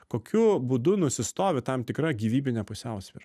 kokiu būdu nusistovi tam tikra gyvybinė pusiausvyra